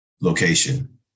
location